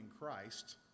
Christ